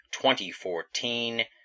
2014